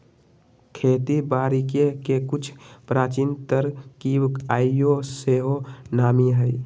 खेती बारिके के कुछ प्राचीन तरकिब आइयो सेहो नामी हइ